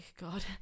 god